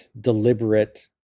deliberate